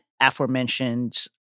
aforementioned